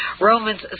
Romans